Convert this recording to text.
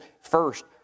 first